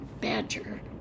Badger